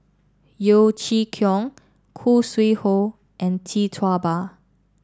Yeo Chee Kiong Khoo Sui Hoe and Tee Tua Ba